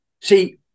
See